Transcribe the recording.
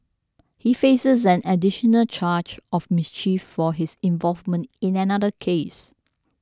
he faces an additional charge of mischief for his involvement in another case